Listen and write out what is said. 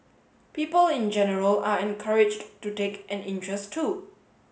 people in general are encouraged to take an interest too